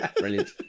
brilliant